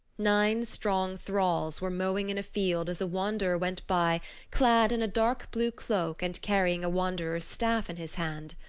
nine strong thralls were mowing in a field as a wanderer went by clad in a dark blue cloak and carrying a wanderer's staff in his hand.